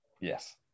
yes